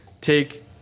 take